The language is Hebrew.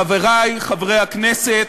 חברי חברי הכנסת,